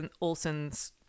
Olson's